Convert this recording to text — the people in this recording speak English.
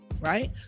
Right